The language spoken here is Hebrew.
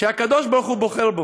שהקדוש-ברוך-הוא בוחר בו,